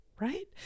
right